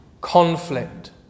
conflict